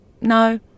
No